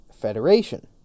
Federation